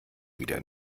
wieder